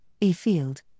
E-field